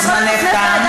זמנך תם.